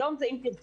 היום זה "אם תרצו",